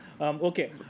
okay